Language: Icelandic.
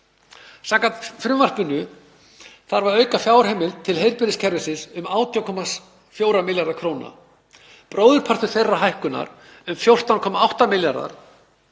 Samkvæmt frumvarpinu þarf að aukafjárheimild til heilbrigðiskerfisins um 18,4 milljarða kr. Bróðurpartur þeirrar hækkunar, um 14,8 milljarðar,